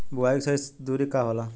बुआई के सही दूरी का होला?